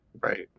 Right